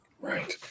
Right